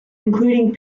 including